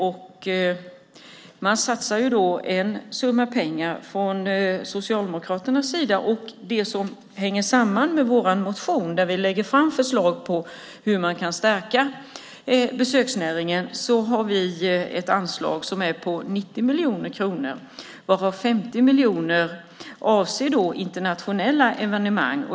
En summa pengar satsas från Socialdemokraternas sida. När det gäller det som hänger samman med vår motion där vi har förslag om hur man kan stärka besöksnäringen kan jag säga att vi har ett anslag på 90 miljoner kronor, varav 50 miljoner kronor avser internationella evenemang.